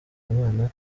umwana